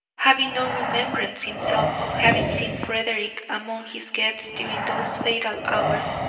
having no remembrance himself of having seen frederick among his guests during those fatal hours,